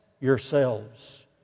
yourselves